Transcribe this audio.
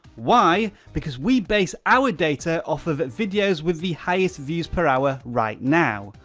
why? because we base our data off of videos with the highest views per hour right now.